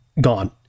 gone